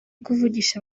kuvugisha